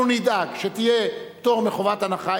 אנחנו נדאג שיהיה פטור מחובת הנחה,